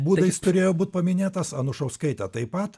būdais turėjo būt paminėtas anušauskaitė taip pat